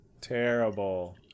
Terrible